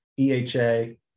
EHA